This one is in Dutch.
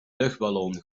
luchtballon